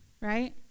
right